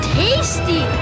tasty